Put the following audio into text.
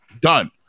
Done